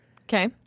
Okay